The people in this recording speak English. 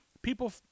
People